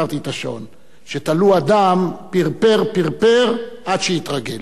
תלו אדם, פִּרפר, פִּרפר, עד שהתרגל.